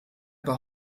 war